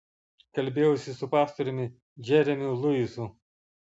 kalbėjausi su pastoriumi džeremiu luisu